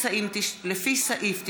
לפי סעיף 93(ה),